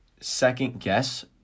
second-guess